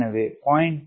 எனவே 0